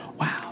wow